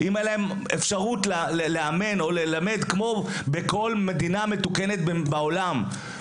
אם הייתה להם אפשרות לאמן או ללמד כמו בכל מדינה מתוקנת בעולם,